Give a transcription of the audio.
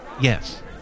Yes